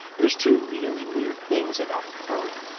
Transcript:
there's two really weird things about the corona.